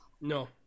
No